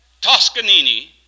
Toscanini